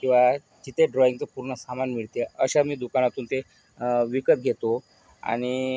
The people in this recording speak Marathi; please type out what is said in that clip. किंवा जिथे ड्रॉइंग्जचं पूर्ण सामान मिळते अशा मी दुकानातून ते विकत घेतो आणि